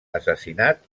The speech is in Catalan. assassinat